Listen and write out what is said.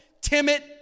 timid